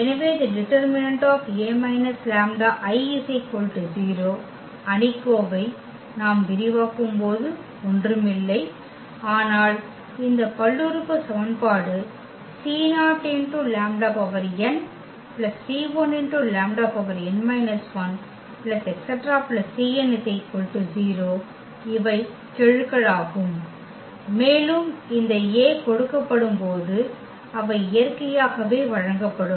எனவே இந்த detA λI 0 அணிக்கோவை நாம் விரிவாக்கும்போது ஒன்றுமில்லை ஆனால் இந்த பல்லுறுப்பு சமன்பாடு c0λn c1λn−1 ⋯ cn 0 இவை கெழுக்களாகும் மேலும் இந்த A கொடுக்கப்படும் போது அவை இயற்கையாகவே வழங்கப்படும்